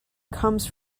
comes